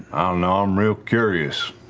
and um real curious.